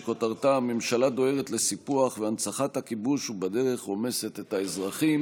שכותרתה: הממשלה דוהרת לסיפוח והנצחת הכיבוש ובדרך רומסת את האזרחים.